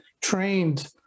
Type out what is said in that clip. trained